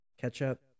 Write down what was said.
ketchup